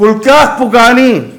כל כך פוגעני.